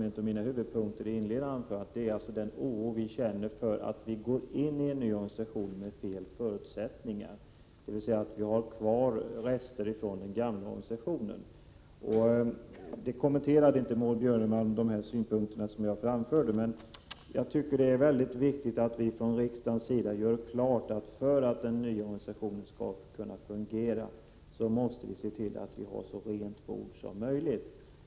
En av huvudpunkterna i mitt inledningsanförande var den oro vi känner för att man går in i en ny organisation med felaktiga förutsättningar, dvs. att man har kvar rester från den gamla organisationen. De synpunkter som jag framförde i det avseendet kommenterade inte Maud Björnemalm. Jag anser att det är väldigt viktigt att vi från riksdagens sida gör klart att för att den nya organisationen skall kunna fungera måste vi ha så rent bord som möjligt.